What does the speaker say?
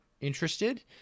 interested